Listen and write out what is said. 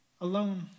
Alone